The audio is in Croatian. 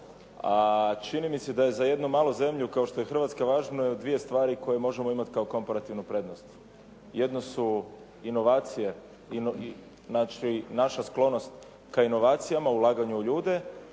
a čini mi se da je za jednu malu zemlju kao što je Hrvatska važno dvije stvari koje možemo imati kao komparativnu prednost. Jedno su inovacije, znači naša sklonost ka inovacijama, ulaganju u ljude